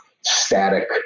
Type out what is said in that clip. static